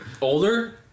older